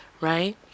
Right